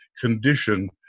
condition